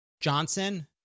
Johnson